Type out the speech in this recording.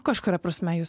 kažkuria prasme jūs